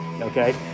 okay